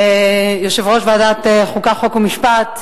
יושב-ראש ועדת החוקה, חוק ומשפט,